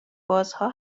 بازها